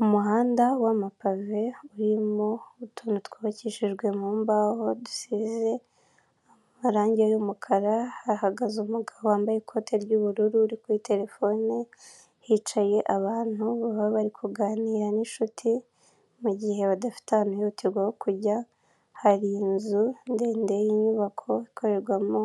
Umuhanda w'amapave, urimo utuntu twubakishijwe mu mbaho dusizwe amarange y'umukara, hahagaze umugabo wambaye ikote ry'umururu, uri kuri telefone, hicaye abantu baba bari kuganira n'inshuti mu gihe baba batafite ahantu hihutirwa ho kujya, hari inzu ndatse y'inyubako ikorerwamo